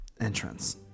entrance